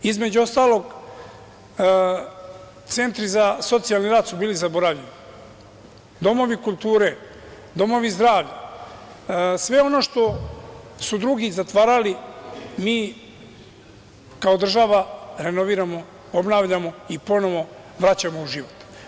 Između ostalog, centri za socijalni rad su bili zaboravljeni, domovi kulture, domovi zdravlja, sve ono što su drugi zatvarali mi kao država renoviramo, obnavljamo i ponovo vraćamo u život.